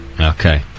Okay